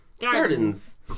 Gardens